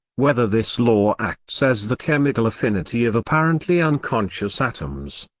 whether this law acts as the chemical affinity of apparently unconscious atoms,